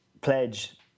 pledge –